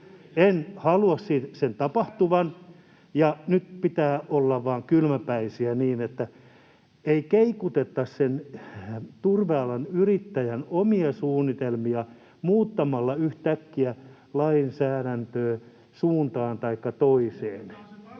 Päinvastoin!] tapahtuvan, ja nyt pitää olla vaan kylmäpäisiä niin, että ei keikutettaisi sen turvealan yrittäjän omia suunnitelmia muuttamalla yhtäkkiä lainsäädäntöä suuntaan taikka toiseen.